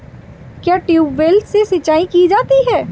क्या ट्यूबवेल से सिंचाई की जाती है?